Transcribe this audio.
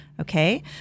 okay